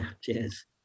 cheers